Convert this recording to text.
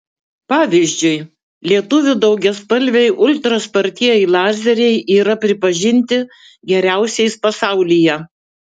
pavyzdžiui lietuvių daugiaspalviai ultra spartieji lazeriai yra pripažinti geriausiais pasaulyje